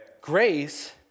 Grace